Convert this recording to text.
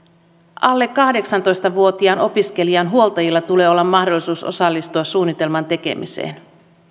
alle kahdeksantoista vuotiaan opiskelijan huoltajilla tulee olla mahdollisuus osallistua suunnitelman tekemiseen